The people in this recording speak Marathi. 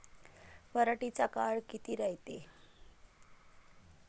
पराटीचा काळ किती रायते?